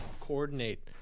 coordinate